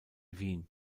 wien